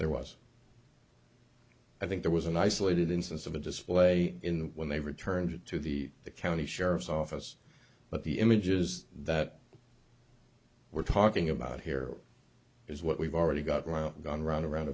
there was i think there was an isolated instance of a display in when they returned it to the county sheriff's office but the images that we're talking about here is what we've already got around gun run around